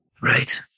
Right